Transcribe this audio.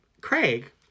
Craig